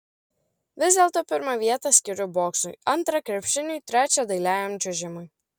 vis dėlto pirmą vietą skiriu boksui antrą krepšiniui trečią dailiajam čiuožimui